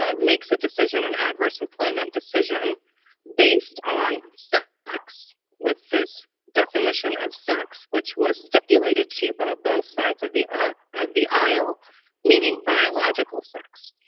ah makes a decision an adverse employment decision based on sex sex with this definition of sex which was stipulated to you by both sides of the art of the aisle meaning biological sex